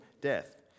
death